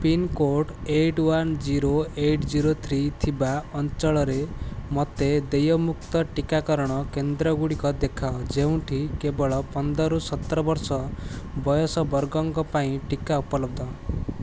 pin code eighty one zero eighty zero three ଥିବା ଅଞ୍ଚଳରେ ମୋତେ ଦେୟମୁକ୍ତ ଟିକାକରଣ କେନ୍ଦ୍ରଗୁଡ଼ିକ ଦେଖାଅ ଯେଉଁଠି କେବଳ ପନ୍ଦର ରୁ ସତର ବର୍ଷ ବୟସ ବର୍ଗଙ୍କ ପାଇଁ ଟିକା ଉପଲବ୍ଧ